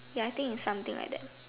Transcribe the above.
ya I think is something like that